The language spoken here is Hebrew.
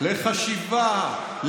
לחשיבה,